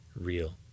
real